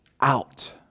out